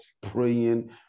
praying